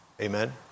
Amen